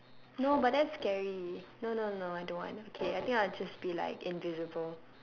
no but that's scary no no no I don't want okay I think I'll just be like invisible